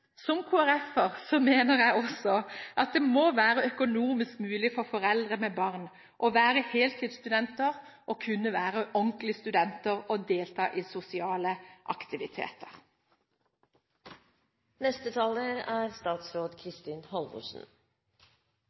mener jeg også det at må være økonomisk mulig for foreldre med barn å være heltidsstudenter – å kunne være ordentlige studenter og delta i sosiale aktiviteter. Regjeringen mener det er